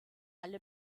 alle